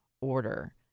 order